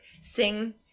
sing